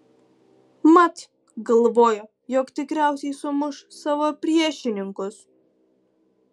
mat galvojo jog tikriausiai sumuš savo priešininkus